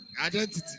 identity